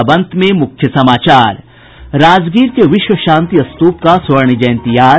और अब अंत में मुख्य समाचार राजगीर के विश्व शांति स्तूप का स्वर्ण जयंती आज